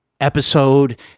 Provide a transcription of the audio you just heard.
episode